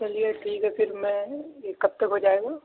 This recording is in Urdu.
چلیے ٹھیک ہے پھر میں یہ کب تک ہو جائے گا